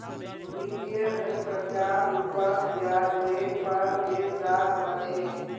वित्तीय धन कर्जार रूपत ब्याजरेर पर देनदार ह छे